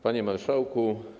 Panie Marszałku!